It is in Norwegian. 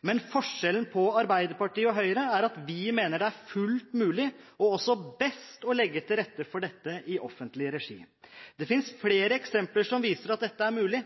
Men forskjellen på Arbeiderpartiet og Høyre er at vi mener det er fullt mulig og best å legge til rette for dette i offentlig regi. Det finnes flere eksempler som viser at dette er mulig.